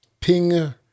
Ping